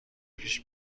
پیش